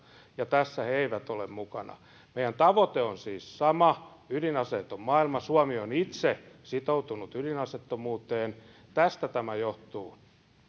ja tässä ne eivät ole mukana meidän tavoitteemme on siis sama ydinaseeton maailma ja suomi on itse sitoutunut ydinaseettomuuteen tästä tämä johtuu